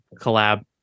collab